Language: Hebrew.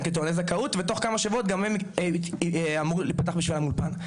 כטועני זכאות ותוך כמה שבועות גם הם אמור להיפתח בשבילם אולפן.